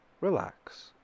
relax